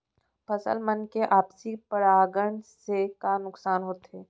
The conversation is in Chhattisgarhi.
फसल मन के आपसी परागण से का का नुकसान होथे?